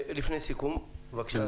לפני סיכום, בבקשה.